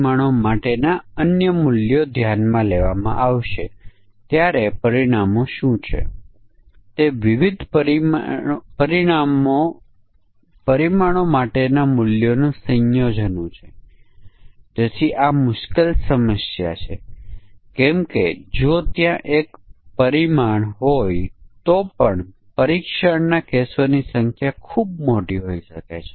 ઉપસર્ગ 11 અને 999 વચ્ચે છે અને પ્રત્યય 0000 થી 99999 વચ્ચે છે અને અમાન્ય સમકક્ષતા વર્ગો વિવિધ પ્રકારના હોઈ શકે ઉદાહરણ તરીકે આપણી પાસે ઉપસર્ગ માટે અમાન્ય ફોર્મેટ પ્રત્યય માટે અમાન્ય ફોર્મેટ ક્ષેત્ર કોડ માટે આંકડાકીય અક્ષરો અને તેથી વધુ હોઈ શકે છે